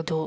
ꯑꯗꯨ